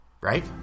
Right